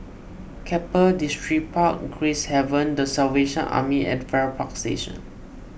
Keppel Distripark Gracehaven the Salvation Army and Farrer Park Station